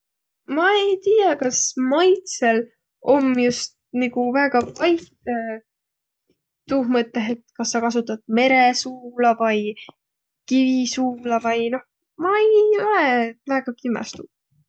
Ma ei tiiäq, kas maitsõl om just nigu väega vaiht, et tuuh mõttõh, et kas sa kasutat meresuula vai kivisuula vai noh, ma ei olõq väega kimmäs tuuh.